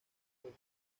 del